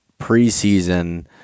preseason